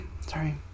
sorry